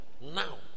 now